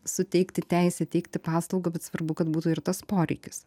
suteikti teisę teikti paslaugą bet svarbu kad būtų ir tas poreikis